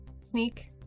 sneak